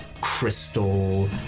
crystal